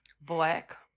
black